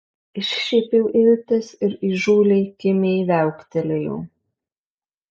iššiepiau iltis ir įžūliai kimiai viauktelėjau